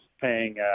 paying